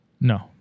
no